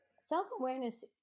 self-awareness